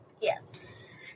Yes